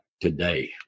today